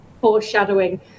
foreshadowing